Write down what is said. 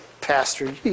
Pastor